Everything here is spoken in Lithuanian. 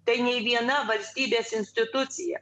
tai nei viena valstybės institucija